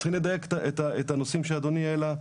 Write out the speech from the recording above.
צריכים לדייק את הנושאים שאדוני העלה.